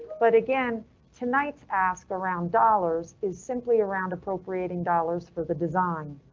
but again tonight ask around dollars is simply around appropriating dollars for the design.